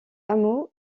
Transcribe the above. hameau